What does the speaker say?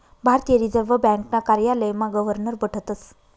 भारतीय रिजर्व ब्यांकना कार्यालयमा गवर्नर बठतस